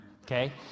Okay